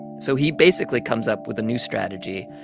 so he basically comes up with a new strategy.